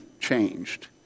changed